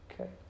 okay